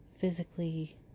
physically